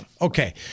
Okay